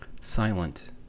silent